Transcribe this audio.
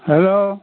hello